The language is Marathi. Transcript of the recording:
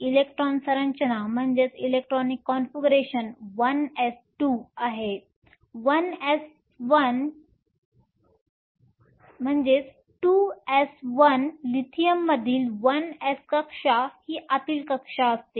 इलेक्ट्रॉनिक संरचना इलेक्ट्रॉनिक कॉन्फिगरेशन 1s2 आहे 2s1 लिथियममधील 1s कक्षा ही आतील कक्षा आहे